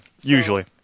Usually